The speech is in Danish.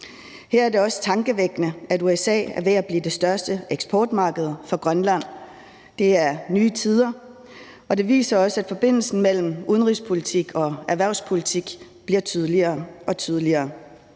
Her er det også tankevækkende, at USA er ved at blive det største eksportmarked for Grønland. Det er nye tider, og det viser også, at forbindelsen mellem udenrigspolitik og erhvervspolitik bliver tydeligere og tydeligere.